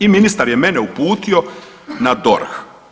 I ministar je mene uputio na DORH.